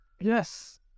Yes